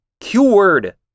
Cured